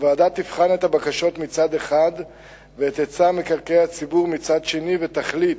הוועדה תבחן את הבקשות מצד אחד ואת היצע מקרקעי הציבור מצד שני ותחליט,